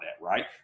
right